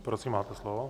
Prosím, máte slovo.